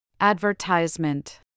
Advertisement